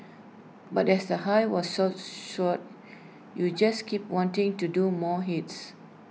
but as the high was so short you just keep wanting to do more hits